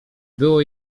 było